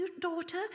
daughter